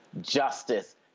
Justice